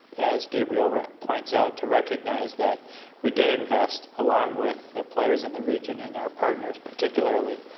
as gabriel points out, to recognize that we did invest, along with the players in the region and our partners, particularly